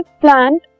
plant